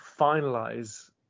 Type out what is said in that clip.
finalize